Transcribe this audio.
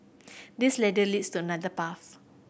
this ladder leads to another path